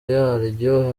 yaryo